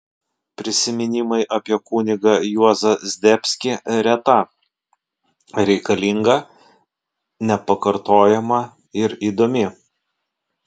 prisiminimai apie kunigą juozą zdebskį reta reikalinga nepakartojama ir įdomi